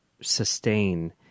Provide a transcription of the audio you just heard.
sustain